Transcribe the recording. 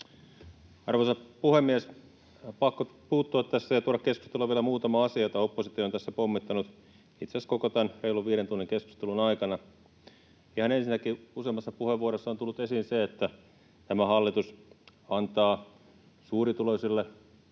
Arvoisa puhemies! Pakko puuttua tässä ja tuoda keskusteluun vielä muutama asia, joita oppositio on tässä pommittanut itse asiassa koko tämän reilun viiden tunnin keskustelun aikana. Ihan ensinnäkin, kun useammassa puheenvuorossa on tullut esiin se, että tämä hallitus antaa suurituloisille